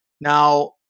Now